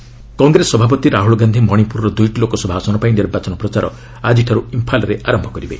ରାହୁଲ୍ ମଣିପୁର କଂଗ୍ରେସ ସଭାପତି ରାହୁଲ୍ ଗାନ୍ଧି ମଣିପୁରର ଦୁଇଟି ଲୋକସଭା ଆସନପାଇଁ ନିର୍ବାଚନ ପ୍ରଚାର ଆଜିଠାରୁ ଇମ୍ଫାଲ୍ରେ ଆରମ୍ଭ କରିବେ